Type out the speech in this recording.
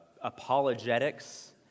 apologetics